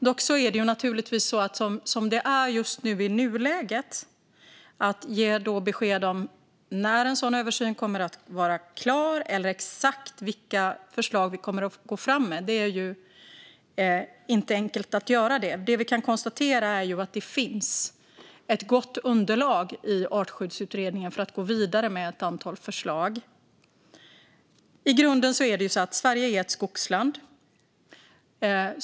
Dock är det i nuläget naturligtvis inte enkelt att ge besked om när en sådan översyn kommer att vara klar eller exakt vilka förslag vi kommer att gå fram med. Det vi kan konstatera är att det finns ett gott underlag i Artskyddsutredningen för att gå vidare med ett antal förslag. I grunden är Sverige ett skogsland.